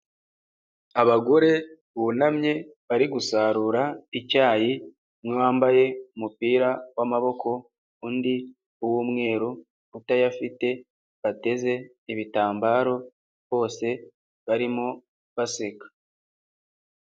Abagore bunamye bari gusarura icyayi umwe wambaye umupira w'amaboko. undi uw'umweru utayafite bateze ibitambaro bose barimo baseka.